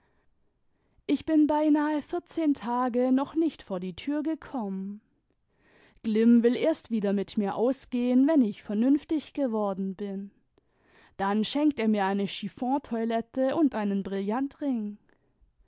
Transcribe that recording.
ich bin beinahe vierzehn tage noch nicht vor die tür gekommen glimm will erst wieder mit mir ausgehen wein ich vernünftig geworden bin dann schenkt er mir eine chiffontoilette und einen brillantring